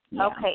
Okay